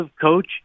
coach